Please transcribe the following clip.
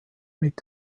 mit